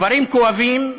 דברים כואבים,